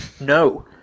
no